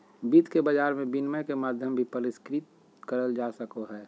वित्त के बाजार मे विनिमय के माध्यम भी परिष्कृत करल जा सको हय